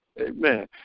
amen